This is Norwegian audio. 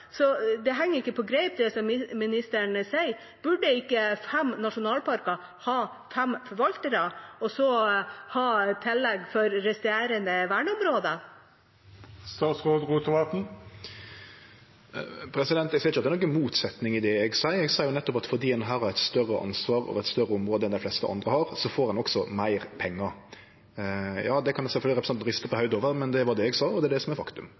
Så det henger ikke på greip, det ministeren sier. Burde ikke fem nasjonalparker ha fem forvaltere, og så ha tillegg for resterende verneområder? Eg ser ikkje at det er noka motsetning i det eg seier. Eg sa nettopp at fordi ein har eit større ansvar og eit større område enn dei fleste andre, så får ein også meir pengar. Det kan sjølvsagt representanten riste på hovudet over, men det var det eg sa, og det er det som er faktum.